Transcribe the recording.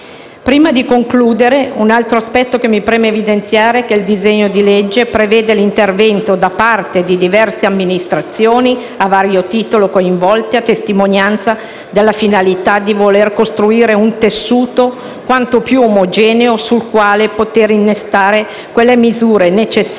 Prima di concludere, un altro aspetto che mi preme evidenziare è che il disegno di legge in esame prevede l'intervento da parte di diverse amministrazioni, a vario titolo coinvolte, a testimonianza della finalità di costruire un tessuto quanto più omogeneo, sul quale poter innestare le misure necessarie